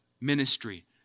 ministry